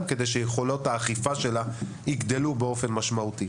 כדי שיכולות האכיפה שלה יגדלו באופן משמעותי.